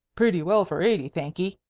pretty well for eighty, thanky,